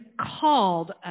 called